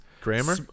grammar